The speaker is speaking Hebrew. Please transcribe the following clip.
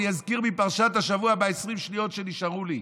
אני אזכיר מפרשת השבוע ב-20 שניות שנשארו לי: